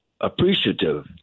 appreciative